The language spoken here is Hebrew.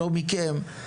לא מכם,